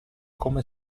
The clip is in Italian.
come